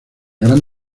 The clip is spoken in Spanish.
gran